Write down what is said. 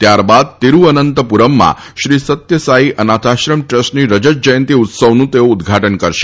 ત્યારબાદ તિરૂઅનંતપુરમમાં શ્રી સત્યભાઈ અનાથાશ્રમ ટ્રસ્ટની રજત જ્યંતી ઉત્સવનું તેઓ ઉદઘાટન કરશે